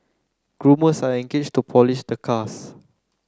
groomers are engaged to polish the cars